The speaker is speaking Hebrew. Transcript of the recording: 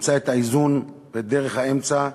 נמצא את האיזון ואת דרך האמצע,